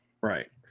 right